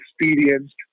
experienced